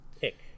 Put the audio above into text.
pick